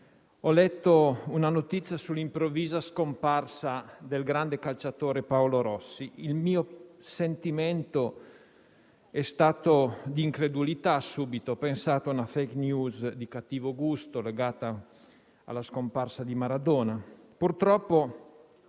ho letto la notizia dell'improvvisa scomparsa del grande calciatore Paolo Rossi, il mio sentimento è stato di incredulità, subito ho pensato a una *fake news* di cattivo gusto, legata alla scomparsa di Maradona. Questo